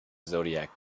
zodiac